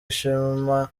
ishema